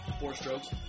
Four-strokes